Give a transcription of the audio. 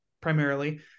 primarily